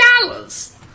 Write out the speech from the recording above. dollars